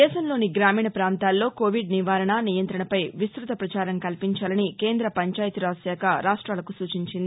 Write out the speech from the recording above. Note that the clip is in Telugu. దేశంలోని గ్రామీణ పాంతాల్లో కోవిడ్ నివారణ నియంత్రణ పై విస్తృత పచారం కల్పించాలని కేంద్ర పంచాయత్ రాజ్శాఖ రాష్ట్వాలకు సూచించింది